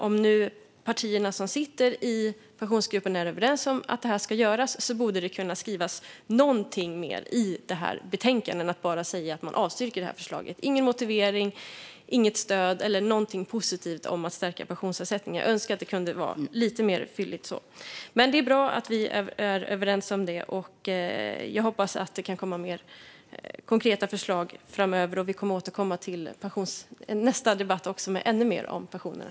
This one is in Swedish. Om nu partierna som sitter i Pensionsgruppen är överens om att det ska göras borde det kunna skrivas någonting mer i betänkandet än att bara säga att man avstyrker förslaget. Det finns inte någon motivering, inget stöd eller någonting positivt om att stärka pensionsavsättningarna. Jag önskar att det kunde ha varit lite mer fylligt. Det är bra att vi är överens om detta. Jag hoppas att det kan kommer mer konkreta förslag framöver. Vi kommer att återkomma i nästa debatt om ännu mer om pensionerna.